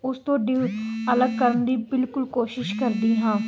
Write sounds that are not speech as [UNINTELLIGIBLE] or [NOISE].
ਉਸ ਤੁਹਾਡੀ [UNINTELLIGIBLE] ਅਲਗ ਕਰਨ ਦੀ ਬਿਲਕੁਲ ਕੋਸ਼ਿਸ਼ ਕਰਦੀ ਹਾਂ